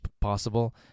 possible